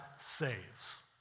saves